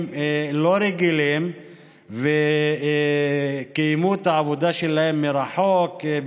לא רגילים וקיימו את העבודה שלהם מרחוק,